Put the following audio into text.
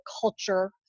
Culture